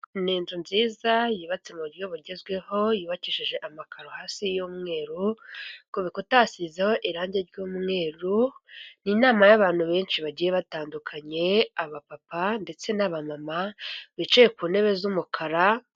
Ni inzu nziza yubatse mu buryo bugezweho, yubakishije amakaro hasi y'umweru, ku bikuta hasizeho irangi ry'umweru, ni inama y'abantu benshi bagiye batandukanye, abapapa ndetse n'abamama bicaye ku ntebe z'umukara